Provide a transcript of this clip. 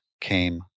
came